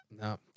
No